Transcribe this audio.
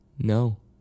No